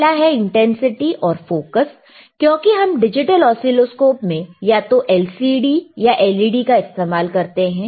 पहला है इंटेंसिटी और फोकस क्योंकि हम डिजिटल ऑसीलोस्कोप में या तो LCD या LED का इस्तेमाल करते हैं